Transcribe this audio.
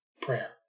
prayer